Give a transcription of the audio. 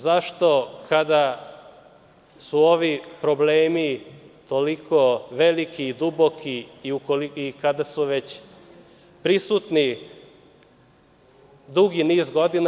Zašto kada su ovi problemi toliko veliki i duboki i kada su već prisutni dugi niz godina.